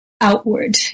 Outward